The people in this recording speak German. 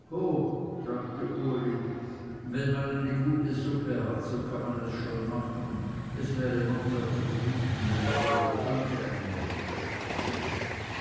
sagte uli wenn man eine gute suppe hat so kann man es schon machen es wäre mancher zufrieden wenn er alle tage eine hätte